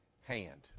hand